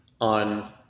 on